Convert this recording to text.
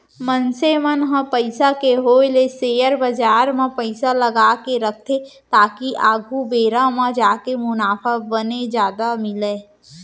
मनसे मन ह पइसा के होय ले सेयर बजार म पइसा लगाके रखथे ताकि आघु बेरा म जाके मुनाफा बने जादा मिलय